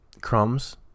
crumbs